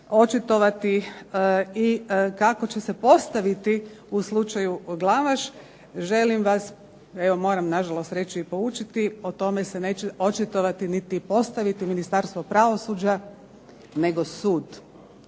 očitovati i kako će se postaviti u slučaju Glavaš. Želim vas evo moram na žalost reći i poučiti. O tome se neće očitovati niti postaviti Ministarstvo pravosuđa, nego sud.